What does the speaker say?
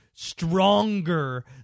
stronger